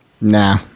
Nah